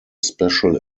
special